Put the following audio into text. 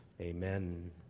Amen